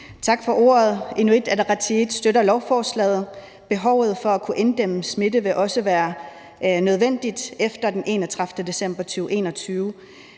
Tak for ordet. Inuit Ataqatigiit støtter lovforslaget. Behovet for at kunne inddæmme smitte vil også være der efter den 31. december 2021.